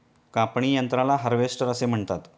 कापणी यंत्राला हार्वेस्टर असे म्हणतात